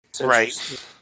right